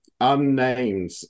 unnamed